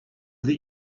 that